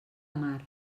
mar